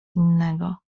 innego